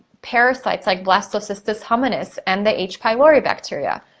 parasites like blastocystis hominis, and the h pylori bacteria.